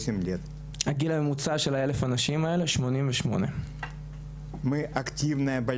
הגיל הממוצע של ה-1,000 האנשים האלה, 88. אנחנו